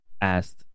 asked